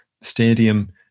stadium